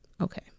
Okay